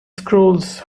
scrolls